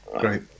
great